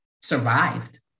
survived